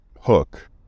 hook